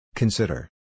Consider